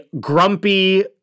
grumpy